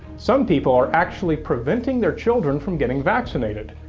some people are actually preventing their children from getting vaccinated,